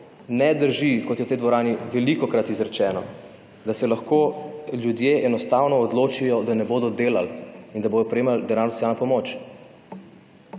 ne drži, kot je v tej dvorani velikokrat izrečeno, da se lahko ljudje enostavno odločijo, da ne bodo delali in da bojo prejemali denarno socialno pomoč.